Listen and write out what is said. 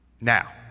Now